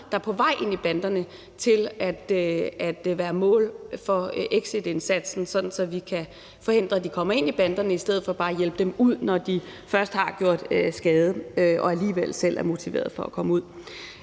der er på vej ind i banderne, til at være mål for exitindsatsen, sådan at vi kan forhindre, at de kommer ind i banderne, i stedet for bare at hjælpe dem ud, når de først har gjort skade, og når de alligevel selv er motiverede for at komme ud